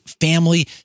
family